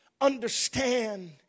understand